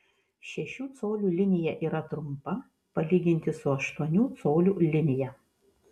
šešių colių linija yra trumpa palyginti su aštuonių colių linija